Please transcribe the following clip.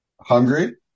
Hungry